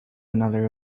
another